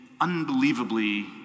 unbelievably